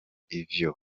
ivyo